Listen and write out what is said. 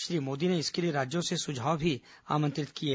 श्री मोदी ने इसके लिये राज्यों से सुझाव भी आमंत्रित किये